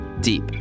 deep